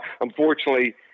unfortunately